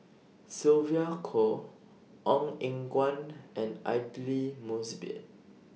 Sylvia Kho Ong Eng Guan and Aidli Mosbit